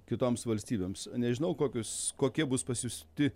kitoms valstybėms nežinau kokius kokie bus pasiųsti